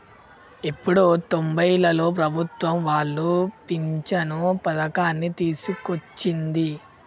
ఎప్పుడో తొంబైలలో ప్రభుత్వం వాళ్లు పించను పథకాన్ని తీసుకొచ్చింది